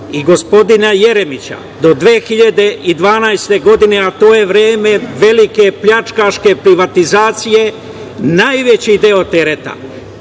i gospodina Jeremića, do 2012. godine, a to je vreme velike pljačkaške privatizacije, najveći deo tereta